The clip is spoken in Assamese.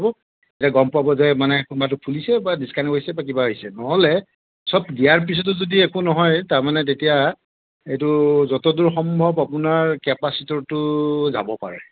তে গম পাব যে মানে কোনোবাটো খুলিছে বা দিছকানেক্ট হৈছে বা কিবা হৈছে নহ'লে চব দিয়াৰ পিছতো যদি একো নহয় তাৰ মানে তেতিয়া এইটো য'ত দূৰ সম্ভৱ আপোনাৰ কেপাচিটৰটো যাব পাৰে